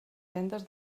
vendes